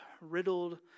riddled